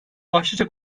başlıca